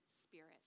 spirit